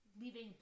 leaving